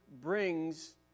brings